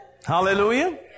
Hallelujah